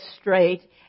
straight